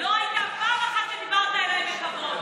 פעם אחת שדיברת אליי בכבוד.